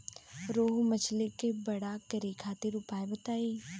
रोहु मछली के बड़ा करे खातिर उपाय बताईं?